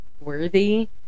worthy